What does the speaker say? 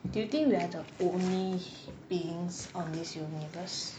do you think we are the only beings on this universe